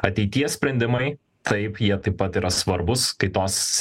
ateities sprendimai taip jie taip pat yra svarbūs kai tos